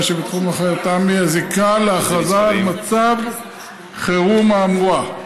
שבתחום אחריותם מהזיקה להכרזה על מצב חירום האמורה.